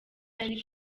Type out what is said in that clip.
yari